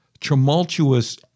tumultuous